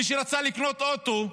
מי שרצה לקנות אוטו,